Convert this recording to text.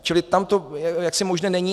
Čili tam to jaksi možné není.